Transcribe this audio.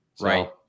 Right